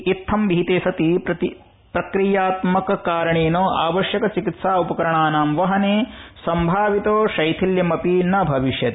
इत्थं विहिते सति प्रक्रियात्मक कारणेन आवश्यक चिकित्सा उपकरणानां वहने सम्भावित शैथिल्यमपि न भविष्यति